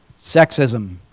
sexism